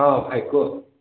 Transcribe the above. ହଁ ଭାଇ କୁହ